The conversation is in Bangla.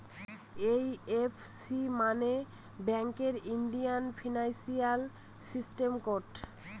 এই.এফ.সি মানে ব্যাঙ্কের ইন্ডিয়ান ফিনান্সিয়াল সিস্টেম কোড